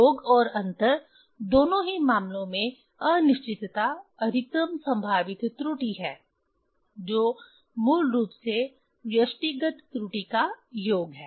योग और अंतर दोनों ही मामलों में अनिश्चितता अधिकतम संभावित त्रुटि है जो मूल रूप से व्यष्टिगत त्रुटि का योग है